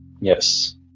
Yes